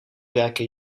werken